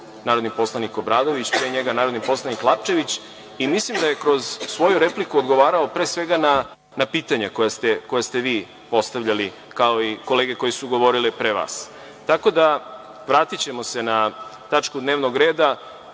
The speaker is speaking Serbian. narodni poslanik Obradović, pre njega narodni poslanik Lapčević i mislim da je kroz svoju repliku odgovarao pre svega na pitanja koja ste vi postavljali, kao i kolege koje su govorile pre vas. Tako da, vratićemo se na tačku dnevnog